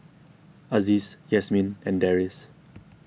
Aziz Yasmin and Deris